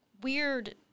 weird